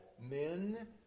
men